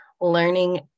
learning